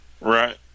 Right